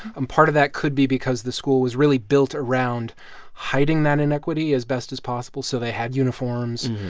and part of that could be because the school was really built around hiding that inequity as best as possible. so they had uniforms.